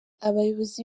abayobozi